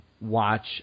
watch